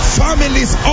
families